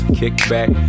kickback